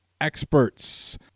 experts